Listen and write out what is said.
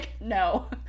no